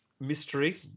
mystery